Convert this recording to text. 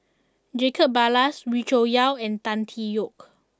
Jacob Ballas Wee Cho Yaw and Tan Tee Yoke